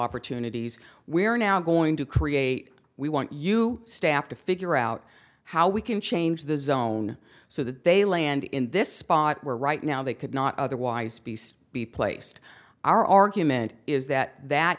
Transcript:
opportunities we are now going to create we want you staff to figure out how we can change the zone so that they land in this spot where right now they could not otherwise piece be placed our argument is that that